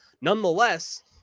nonetheless